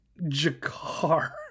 Jakar